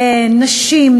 נשים,